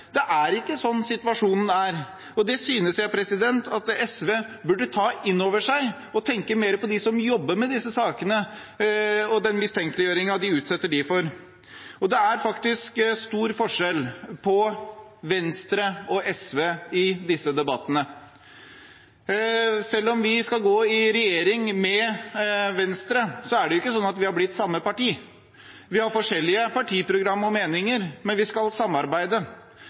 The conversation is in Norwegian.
Det er ikke slik situasjonen er, og det synes jeg SV burde ta innover seg – de burde tenke mer på dem som jobber med disse sakene, og den mistenkeliggjøringen de utsetter dem for. Det er faktisk stor forskjell på Venstre og SV i disse debattene. Selv om vi skal gå i regjering med Venstre, har vi ikke blitt samme parti. Vi har forskjellige partiprogrammer og meninger, men vi skal samarbeide.